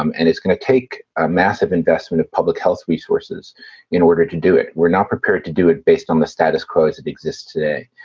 um and it's going to take a massive investment of public health resources in order to do it. we're not prepared to do it based on the status quo as it exists today.